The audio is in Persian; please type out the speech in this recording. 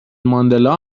ماندلا